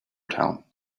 town